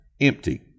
empty